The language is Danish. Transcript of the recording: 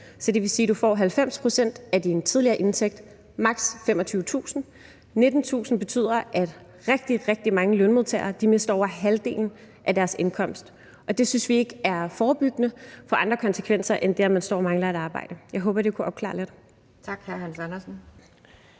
at du får 90 pct. af din tidligere indtægt, maks. 25.000 kr. 19.000 kr. betyder, at rigtig, rigtig mange lønmodtagere mister over halvdelen af deres indkomst, og det synes vi ikke er forebyggende, og det får andre konsekvenser end det, at man står og mangler et arbejde. Jeg håber, at det kunne opklare det lidt. Kl. 11:04 Anden